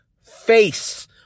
face